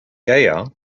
gaya